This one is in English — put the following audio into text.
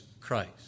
Christ